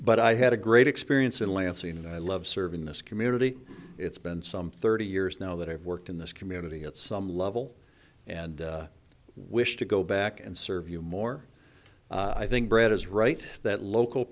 but i had a great experience in lansing and i love serving this community it's been some thirty years now that i've worked in this community at some level and wish to go back and serve you more i think bret is right that local